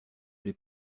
les